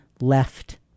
left